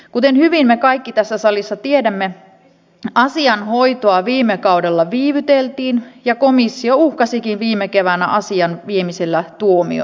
kuten me kaikki tässä salissa hyvin tiedämme asian hoitoa viime kaudella viivyteltiin ja komissio uhkasikin viime keväänä asian viemisellä tuomioistuimeen